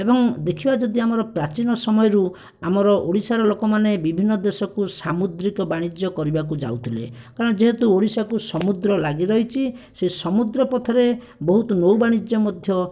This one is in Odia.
ଏବଂ ଦେଖିବା ଯଦି ପ୍ରାଚୀନ ସମୟରୁ ଆମର ଓଡ଼ିଶାର ଲୋକମାନେ ବିଭିନ୍ନ ଦେଶକୁ ସାମୁଦ୍ରିକ ବାଣିଜ୍ୟ କରିବାକୁ ଯାଉଥିଲେ କାରଣ ଯେହେତୁ ଓଡ଼ିଶାକୁ ସମୁଦ୍ର ଲାଗିରହିଛି ସେଇ ସମୁଦ୍ର ପଥରେ ବହୁତ ନୌବାଣିଜ୍ୟ ମଧ୍ୟ